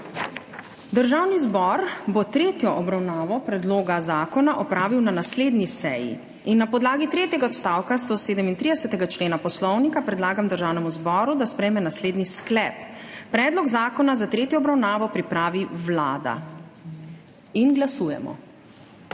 Državni zbor bo tretjo obravnavo predloga zakona opravil na naslednji seji. Na podlagi tretjega odstavka 137. člena Poslovnika predlagam Državnemu zboru, da sprejme naslednji sklep: Predlog zakona za tretjo obravnavo pripravi Vlada. Glasujemo.